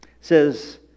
says